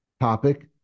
topic